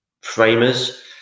Framers